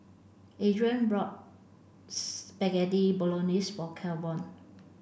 Adrain bought Bolognese for Kevon